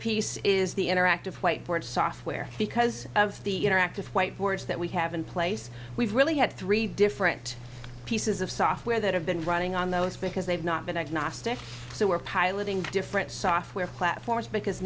piece is the interactive whiteboards software because of the interactive whiteboards that we have in place we've really had three different pieces of software that have been running on those because they've not been agnostic so we're piloting different software platforms because